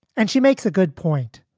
and she makes a good point.